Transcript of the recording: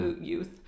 youth